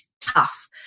tough